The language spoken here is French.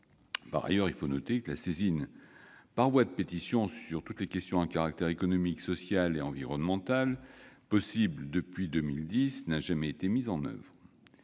Par ailleurs, il faut noter que la saisine par voie de pétition sur toutes les questions à caractère économique, social et environnemental, possible depuis 2010, n'a jamais été mise en oeuvre.